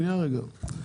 שניה רגע,